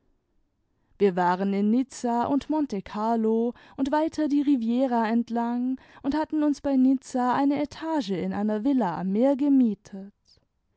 wir waren in nizza und monte carlo und weiter die riviera entlang und hatten uns bei nizza eine etage in einer villa am meer gemietet